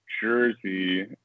Jersey